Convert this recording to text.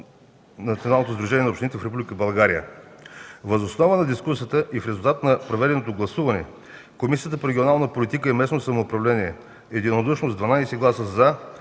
Националното сдружение на общините в Република България. Въз основа на дискусията и в резултат на проведеното гласуване Комисията по регионална политика и местно самоуправление единодушно с 12 гласа